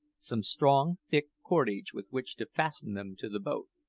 some strong, thick cordage with which to fasten them to the boat.